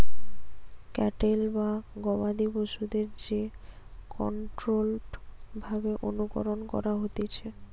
cattle বা গবাদি পশুদের যে কন্ট্রোল্ড ভাবে অনুকরণ করা হতিছে